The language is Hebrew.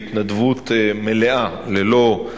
תקופת כהונתו של חבר מליאה היא ארבע שנים,